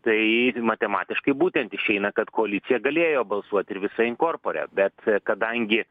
tai matematiškai būtent išeina kad koalicija galėjo balsuoti ir visa in corpore bet kadangi